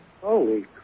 Holy